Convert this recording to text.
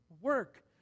work